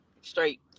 straight